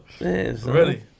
Ready